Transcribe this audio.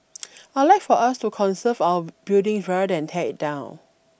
I'd like for us to conserve our buildings rather than tear it down